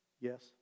Yes